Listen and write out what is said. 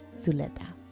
Zuleta